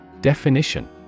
Definition